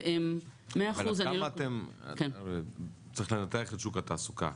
והם --- הרי צריך לנתח את שוק התעסוקה,